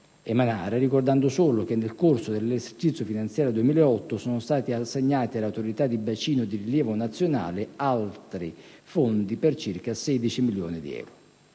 emanare, ricordando solo che nel corso dell'esercizio finanziario 2008 sono stati assegnati alle autorità di bacino di rilievo nazionale altri fondi per circa 16 milioni di euro.